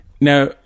now